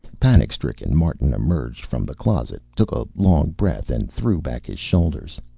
panic-stricken, martin emerged from the closet, took a long breath, and threw back his shoulders.